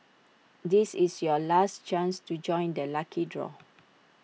this is your last chance to join the lucky draw